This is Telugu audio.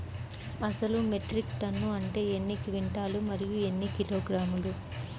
అసలు మెట్రిక్ టన్ను అంటే ఎన్ని క్వింటాలు మరియు ఎన్ని కిలోగ్రాములు?